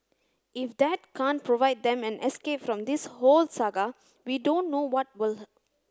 if that can't provide them an escape from this whole saga we don't know what will